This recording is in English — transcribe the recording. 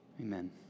Amen